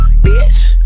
Bitch